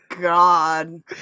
God